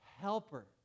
helper